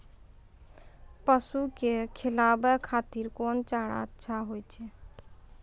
पसु के खिलाबै खातिर कोन चारा अच्छा होय छै?